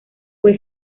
fue